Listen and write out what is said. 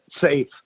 safe